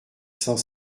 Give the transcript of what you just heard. cent